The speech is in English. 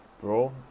bro